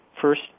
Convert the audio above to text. first